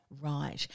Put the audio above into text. right